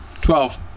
Twelve